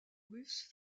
russes